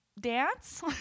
dance